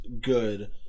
good